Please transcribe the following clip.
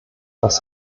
das